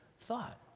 thought